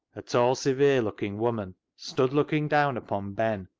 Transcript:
a tall, severe-looking woman, stood looking down upon ben,